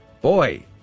Boy